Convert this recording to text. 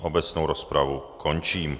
Obecnou rozpravu končím.